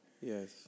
Yes